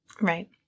Right